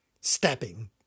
Stabbing